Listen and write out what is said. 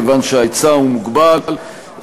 מכיוון שההיצע הוא מוגבל,